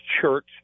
Church